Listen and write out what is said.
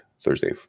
thursday